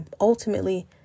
ultimately